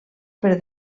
per